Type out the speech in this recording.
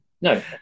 no